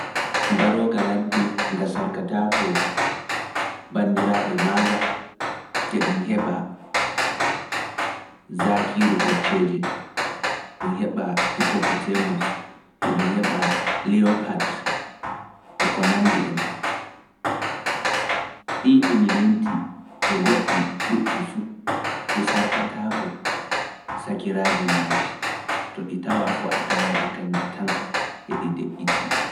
Mbarooga ladde nga sarkataako banndiraaɓe maanga, e ɗum heɓa Zakiiru kocceeje, ɗum heɓa Hippopotamus, e ɗum heɓuuɗɗi fu, ɗi sarkataako sakiraaji maaji, to ɗi tawa fu a tawaidi kanji tan, e ɗi nde iti.